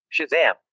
Shazam